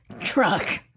truck